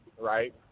right